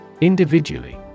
Individually